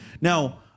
Now